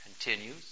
continues